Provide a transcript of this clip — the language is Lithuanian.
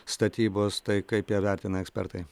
statybos tai kaip ją vertina ekspertai